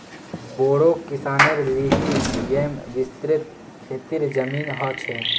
बोड़ो किसानेर लिगि येमं विस्तृत खेतीर जमीन ह छे